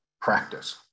practice